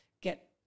get